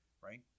Right